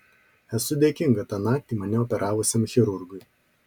esu dėkinga tą naktį mane operavusiam chirurgui